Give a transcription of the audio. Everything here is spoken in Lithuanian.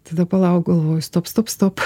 tada palauk galvoju stop stop stop